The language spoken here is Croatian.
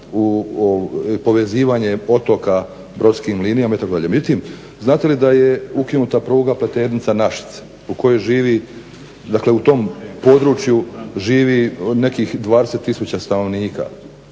povezivanje otoka brodskim linijama itd. Međutim, znate li da je ukinuta pruga Pleternica-Našice u kojoj živi, dakle u tom području živi nekih 20 000 stanovnika.